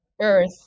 earth